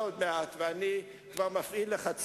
לא ניצלתי את הרוב שהיה לי כדי לעשות את מה שעושים